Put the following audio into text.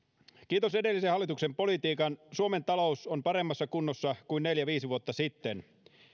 kiitos edellisen hallituksen politiikan suomen talous on paremmassa kunnossa kuin neljä viisi vuotta sitten